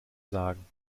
sagen